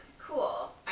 cool